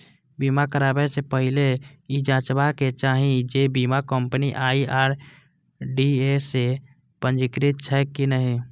बीमा कराबै सं पहिने ई जांचबाक चाही जे बीमा कंपनी आई.आर.डी.ए सं पंजीकृत छैक की नहि